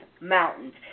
mountains